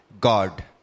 God